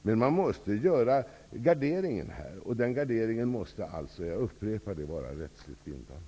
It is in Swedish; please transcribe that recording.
Men man måste göra garderingar, och de garderingarna måste, jag upprepar det, vara rättsligt bindande.